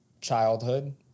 childhood